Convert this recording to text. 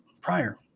prior